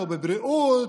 לא בבריאות,